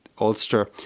Ulster